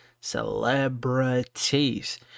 Celebrities